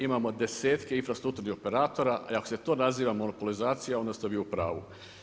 Imamo desetke infrastrukturnih operatora i ako se to naziva monopolizacija onda ste vi u pravu.